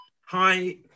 Hi